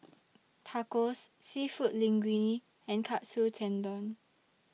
Tacos Seafood Linguine and Katsu Tendon